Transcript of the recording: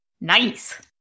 Nice